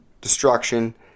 destruction